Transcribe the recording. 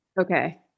Okay